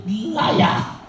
liar